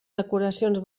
decoracions